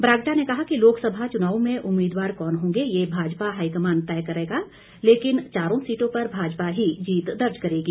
बरागटा ने कहा कि लोकसभा चुनावों में उम्मीदवार कौन होंगे ये भाजपा हाईकमान तय करेगा लेकिन चारों सीटों पर भाजपा ही जीत दर्ज करेगी